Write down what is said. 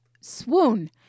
swoon